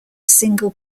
single